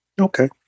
Okay